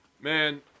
Man